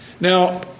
Now